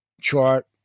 chart